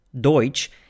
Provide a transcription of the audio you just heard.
Deutsch